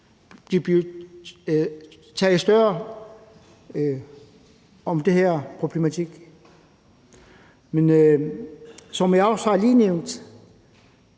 der bliver taget større hånd om den her problematik. Men som jeg også lige har nævnt,